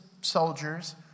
soldiers